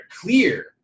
clear